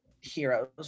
heroes